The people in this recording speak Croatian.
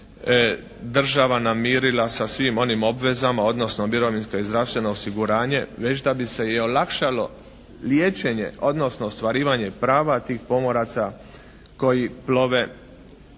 država namirila sa svim onim obvezama, odnosno mirovinsko i zdravstveno osiguranje već da bi se i olakšalo liječenje, odnosno ostvarivanje prava tih pomoraca koji plove